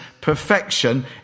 perfection